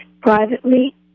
privately